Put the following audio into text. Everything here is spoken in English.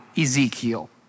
Ezekiel